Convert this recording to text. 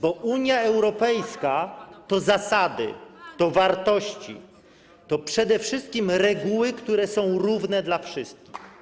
Bo Unia Europejska to zasady, to wartości, to przede wszystkim reguły, które są równe dla wszystkich.